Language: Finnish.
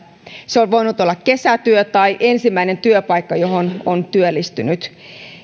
se on voinut olla kesätyö tai ensimmäinen työpaikka johon on työllistynyt